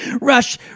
Rush